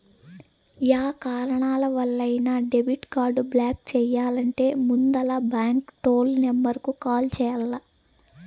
yeah కారణాలవల్లైనా debit card block చెయ్యాలంటే ముందల బాంకు టోల్ నెంబరుకు కాల్ చెయ్యాల్ల